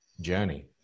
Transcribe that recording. journey